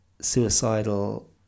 Suicidal